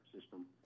system